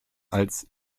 als